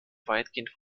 weitgehend